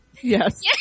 yes